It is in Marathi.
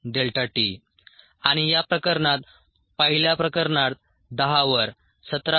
v ∆S∆t आणि या प्रकरणात पहिल्या प्रकरणात 10 वर 17